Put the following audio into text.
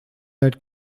that